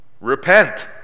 repent